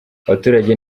abaturage